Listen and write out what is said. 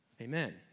Amen